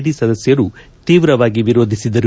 D ಸದಸ್ಯರು ತೀವ್ರವಾಗಿ ವಿರೋಧಿಸಿದರು